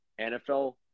NFL